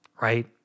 Right